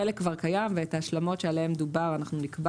חלק כבר קיים ואת ההשלמות שעליהן דובר אנחנו נקבע